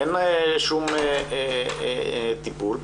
אין שום טיפול,